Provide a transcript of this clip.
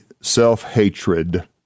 self-hatred